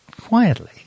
quietly